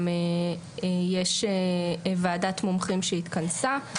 גם יש ועדת מומחים שהתכנסה.